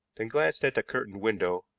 then glanced at the curtained window,